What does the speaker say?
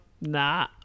nah